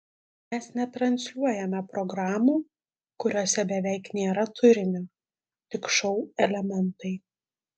mes netransliuojame programų kuriose beveik nėra turinio tik šou elementai